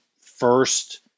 first